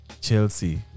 Chelsea